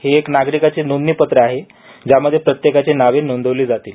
हे एक नागरिकाचे नोंदणीपत्र आहे ज्यामध्ये प्रत्येकाची नावे नोंदविली जातील